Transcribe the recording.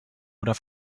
oder